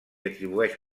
atribueix